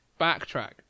backtrack